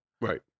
Right